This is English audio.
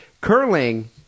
Curling